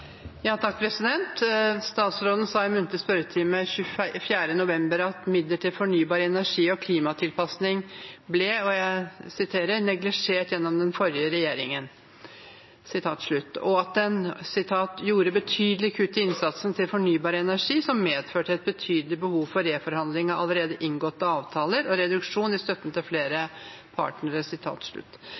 fornybar energi og klimatilpassing ble «neglisjert gjennom den forrige regjering» og at den «gjorde betydelige kutt i innsatsen til fornybar energi, som medførte et betydelig behov for reforhandling av allerede inngåtte avtaler og reduksjon i støtten til flere